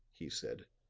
he said,